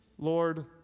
Lord